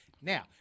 Now